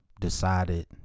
Decided